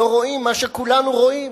לא רואים מה שכולנו רואים.